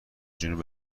جنوب